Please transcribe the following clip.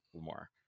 more